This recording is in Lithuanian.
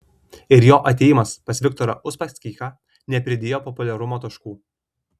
ir jo atėjimas pas viktorą uspaskichą nepridėjo populiarumo taškų